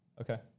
Okay